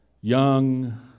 young